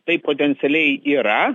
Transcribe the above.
tai potencialiai yra